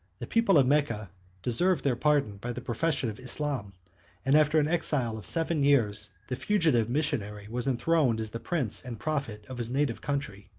the people of mecca deserved their pardon by the profession of islam and after an exile of seven years, the fugitive missionary was enthroned as the prince and prophet of his native country.